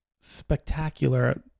spectacular